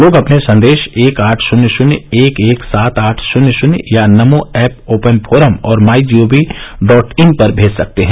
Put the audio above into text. लोग अपने संदेश एक आठ शुन्य शुन्य एक एक सात आठ शुन्य शुन्य या नमो एप ओपन फोरम और my G O V dot in पर भेज सकते हैं